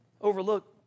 overlook